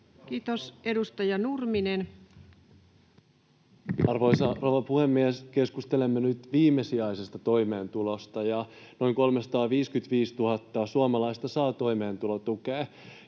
Time: 15:02 Content: Arvoisa rouva puhemies! Keskustelemme nyt viimesijaisesta toimeentulosta. Noin 355 000 suomalaista saa toimeentulotukea.